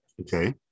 Okay